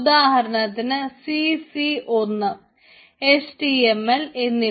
ഉദാഹരണത്തിന് cc1 HTML എന്നിവ